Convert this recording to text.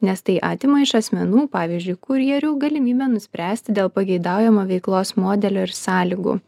nes tai atima iš asmenų pavyzdžiui kurjerių galimybę nuspręsti dėl pageidaujamo veiklos modelio ir sąlygų